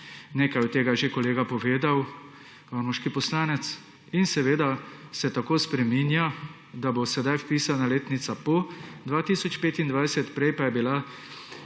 Nekaj od tega je že kolega povedal, ormoški poslanec. In seveda se tako spreminja, da bo sedaj vpisana letnica po 2025, 54. TRAK: (SC)